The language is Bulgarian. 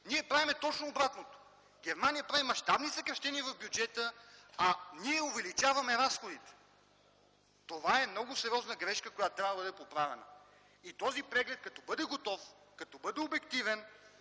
Ние правим точно обратното. Германия прави мащабни съкращения в бюджета, а ние увеличаваме разходите. Това е много сериозна грешка, която трябва да бъде поправена! Когато този преглед е готов, ако бъде обективен,